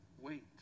wait